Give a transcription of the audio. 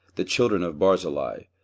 the children of barzillai,